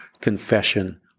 confession